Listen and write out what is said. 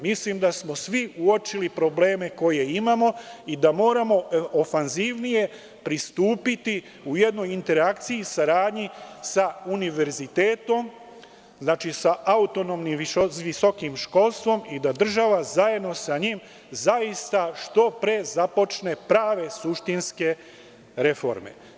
Mislim da smo svi uočili probleme koje imamo i da moramo ofanzivnije pristupiti u jednoj interakciji i saradnji sa univerzitetom, sa autonomnim visokim školstvom i da država zajedno sa njim zaista što pre započne prave suštinske reforme.